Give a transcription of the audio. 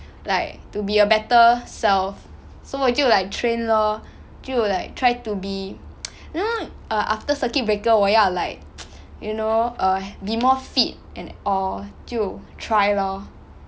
like to be a better self so 我就 like train lor 就 like try to be you know err after circuit breaker 我要 like you know err be more fit and all 就 try lor